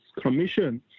commission